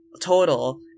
Total